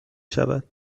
شود